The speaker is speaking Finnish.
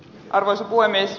arvoisa puhemies